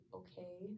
okay